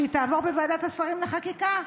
שהיא תעבור בוועדת השרים לחקיקה.